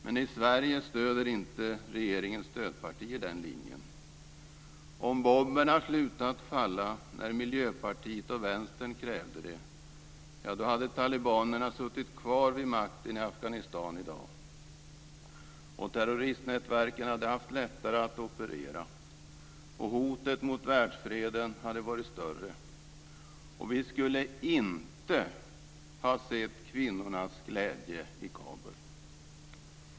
Men i Sverige stöder inte regeringens stödpartier den linjen. Om bomberna slutat falla när Miljöpartiet och Vänstern krävde det, hade talibanerna suttit kvar vid makten i Afghanistan i dag och terroristnätverken hade haft lättare att operera. Hotet mot världsfreden hade varit större. Vi skulle inte ha sett kvinnornas glädje i Kabul.